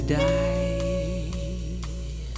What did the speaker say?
die